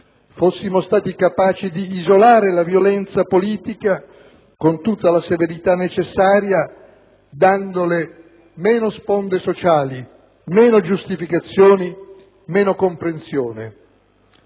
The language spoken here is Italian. fossimo stati capaci di isolare la violenza politica con tutta la severità necessaria, dandole meno sponde sociali, meno giustificazioni e meno comprensione.